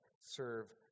serve